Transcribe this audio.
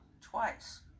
twice